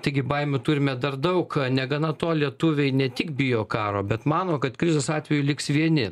taigi baimių turime dar daug negana to lietuviai ne tik bijo karo bet mano kad krizės atveju liks vieni